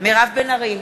מירב בן ארי,